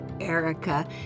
Erica